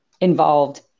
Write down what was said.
involved